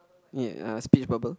yea uh speech bubble